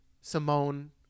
Simone